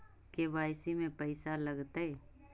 KYC में पैसा लगतै?